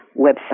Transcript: website